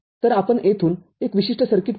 तर आपण येथून एक विशिष्ट सर्किट पाहू